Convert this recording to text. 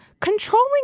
controlling